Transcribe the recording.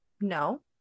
No